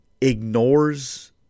ignores